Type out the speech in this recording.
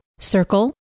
Circle